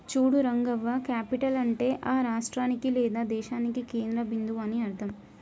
చూడు రంగవ్వ క్యాపిటల్ అంటే ఆ రాష్ట్రానికి లేదా దేశానికి కేంద్ర బిందువు అని అర్థం